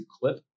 clip